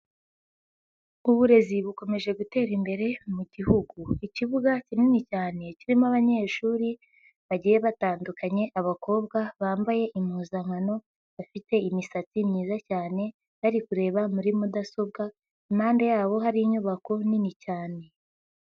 Uburezi bukomeje gutera imbere mu gihugu, ikibuga kinini cyane kirimo abanyeshuri bagiye batandukanye, abakobwa bambaye impuzankano, bafite imisatsi myiza cyane bari kureba muri mudasobwa, impande yabo hari inyubako nini cyane.